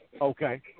Okay